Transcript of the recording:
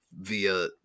via